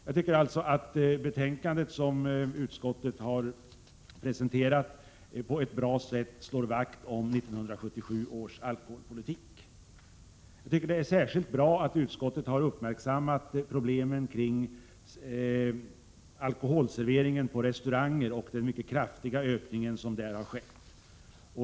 Jag tycker att det betänkande som utskottet har presenterat på ett bra sätt slår vakt om 1977 års alkoholpolitik. Jag tycker att det är särskilt bra att utskottet har uppmärksammat problemen kring alkoholserveringen på restauranger och den mycket kraftiga ökning som där har skett.